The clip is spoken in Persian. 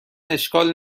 اشکال